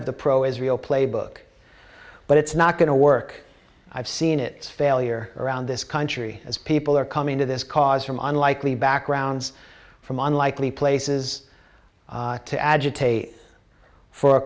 of the pro israel playbook but it's not going to work i've seen it failure around this country as people are coming to this cause from unlikely backgrounds from unlikely places to agitate for a